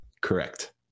Correct